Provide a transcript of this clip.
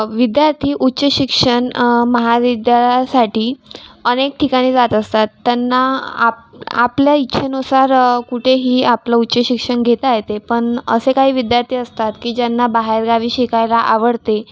विद्यार्थी उच्चशिक्षण महाविद्यालयासाठी अनेक ठिकाणी जात असतात त्यांना आप आपल्या इच्छेनुसार कुठेही आपलं उच्चशिक्षण घेता येते पण असे काही विद्यार्थी असतात की ज्यांना बाहेरगावी शिकायला आवडते